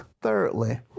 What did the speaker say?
Thirdly